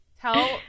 Tell